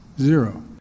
zero